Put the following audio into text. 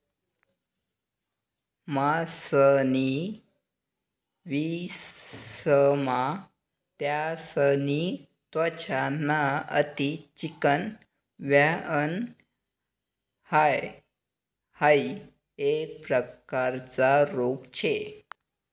मासासनी विकासमा त्यासनी त्वचा ना अति चिकनं व्हयन हाइ एक प्रकारना रोग शे